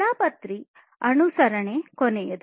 ವೇಳಾಪಟ್ಟಿ ಅನುಸರಣೆ ಕೊನೆಯದು